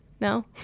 No